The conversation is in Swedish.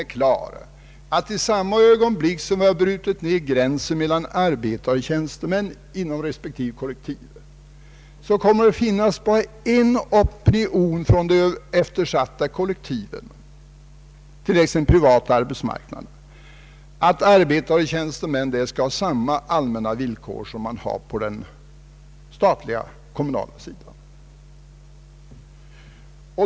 I samma ögonblick som gränsen mellan arbetare och tjänstemän har brutits ned inom respektive kollektiv kommer det att finnas bara en enda opinion från de eftersatta kollektiven — t.ex. den privata arbetsmarknaden — som tar sikte på att arbetare och tjänstemän skall ha samma allmänna villkor som man har på den statliga-kom munala sidan.